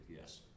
yes